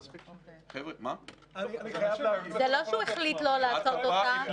זה לא שהוא החליט לא לעשות אותה.